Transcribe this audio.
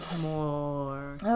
more